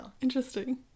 interesting